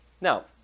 Now